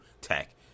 tech